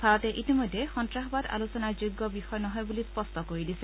ভাৰতে ইতিমধ্যে সন্নাসবাদ আলোচনাৰ যোগ্য বিষয় নহয় বুলি স্পষ্ট কৰি দিছে